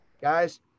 Guys